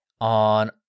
on